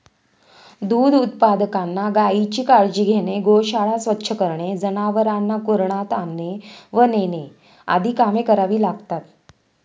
दूध उत्पादकांना गायीची काळजी घेणे, गोशाळा स्वच्छ करणे, जनावरांना कुरणात आणणे व नेणे आदी कामे करावी लागतात